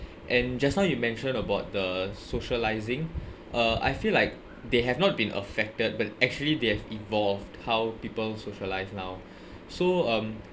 and just now you mention about the socialising uh I feel like they have not been affected but actually they have evolved how people socialise now so um